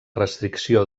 restricció